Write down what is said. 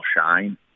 shine